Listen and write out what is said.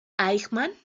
eichmann